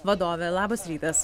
vadovė labas rytas